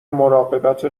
مراقبت